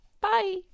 bye